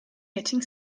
getting